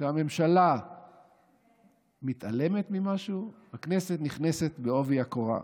כשהממשלה מתעלמת ממשהו, הכנסת נכנסת בעובי הקורה.